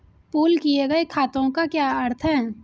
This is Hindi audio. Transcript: पूल किए गए खातों का क्या अर्थ है?